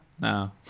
No